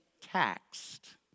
taxed